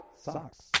Socks